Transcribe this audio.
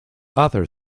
other